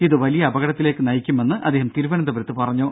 ഇതു വലിയ അപകടത്തിലേക്ക് നയിക്കുമെന്ന് അദ്ദേഹം തിരുവനന്തപുരത്ത് പറഞ്ഞു